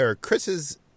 Chris's